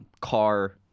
car